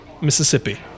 Mississippi